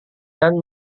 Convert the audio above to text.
dan